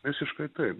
visiškai taip